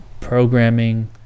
programming